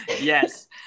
Yes